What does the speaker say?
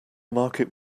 market